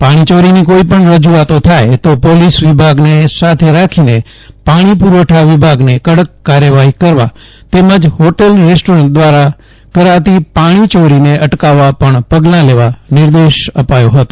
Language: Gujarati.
પાણી યોરીની કોઇપણ રજૂઆતો થાય તો પોલીસ વિભાગને સાથે રાખીને પાણી પૂરવઠા વિભાગને કડક કાર્યવાહી કરવા તેમજ હોટેલ રેસટોરન્ટો દ્વારા કરાતી પાણી ચોરીને અટકાવવા પણ પગલાં લેવા નિર્દેશ અપાયો હતો